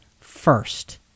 first